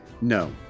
No